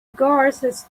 guards